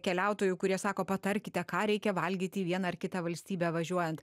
keliautojų kurie sako patarkite ką reikia valgyti į vieną ar kitą valstybę važiuojant